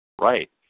Right